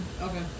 okay